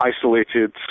isolated